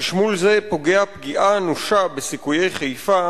חשמול זה פוגע פגיעה אנושה בסיכויי חיפה